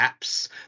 apps